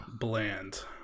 bland